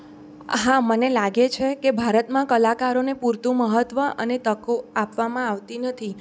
હા મને લાગે છે કે ભારતમાં કલાકારોને પૂરતું મહત્ત્વ અને તકો આપવામાં આવતી નથી